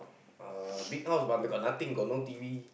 uh big house but they got nothing got no T_V